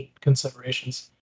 considerations